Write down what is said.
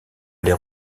les